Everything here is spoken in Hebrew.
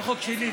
זה לא חוק שלי,